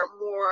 more